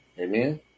Amen